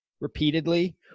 repeatedly